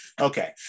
okay